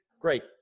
Great